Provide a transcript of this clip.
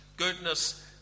goodness